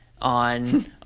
on